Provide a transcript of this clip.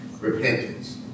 repentance